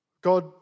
God